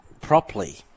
Properly